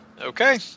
Okay